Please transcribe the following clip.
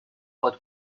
pot